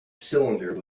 cylinder